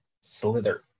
Slither